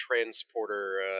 transporter